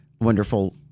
wonderful